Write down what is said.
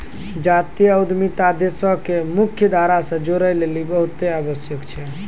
जातीय उद्यमिता देशो के मुख्य धारा से जोड़ै लेली बहुते आवश्यक छै